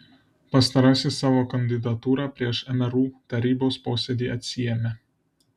pastarasis savo kandidatūrą prieš mru tarybos posėdį atsiėmė